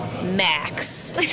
max